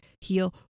heal